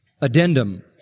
addendum